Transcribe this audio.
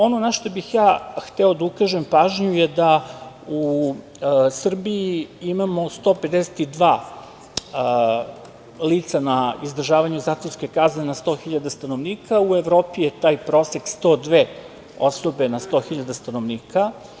Ono na šta bih hteo da ukažem pažnju je da u Srbiji imamo 152 lica na izdržavanju zatvorske kazne na 100 hiljada stanovnika, u Evropi je taj prosek 102 osobe na 100 hiljada stanovnika.